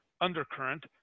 undercurrent